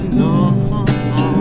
no